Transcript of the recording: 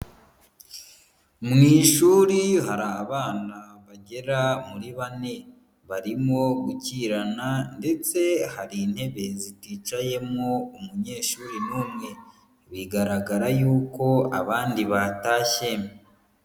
Mu ishuri hari abana bagera muri bane. Barimo gukirana ndetse hari intebe ziticayemo umunyeshuri n'umwe. Bigaragara yuko abandi batashye.